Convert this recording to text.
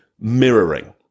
mirroring